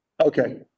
Okay